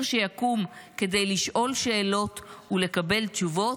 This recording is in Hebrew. שיקום כדי לשאול שאלות ולקבל תשובות,